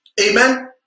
Amen